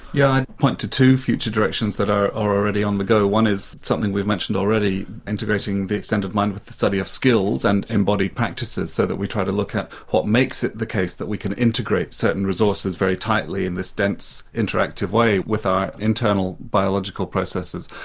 yeah i'd point to two future directions that are already on the go. one is something we've mentioned already integrating the extended mind with the study of skills, and embodied practices. so that we try to look at what makes it the case that we can integrate certain resources very tightly in this dense, interactive way with our internal biological processes.